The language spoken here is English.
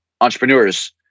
entrepreneurs